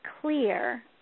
clear